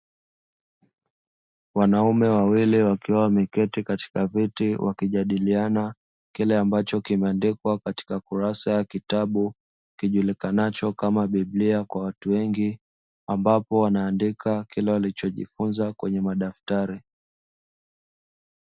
Wanaume wawili wakiwa wameketi katika viti, wakijadiliana kile ambacho kimeandikwa katika kurasa ya kitabu kijulikanacho kama biblia kwa watu wengi ambapo wanaandika kile walichojifunza kwenye madaftari.